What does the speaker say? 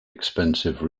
expensive